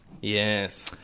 Yes